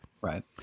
Right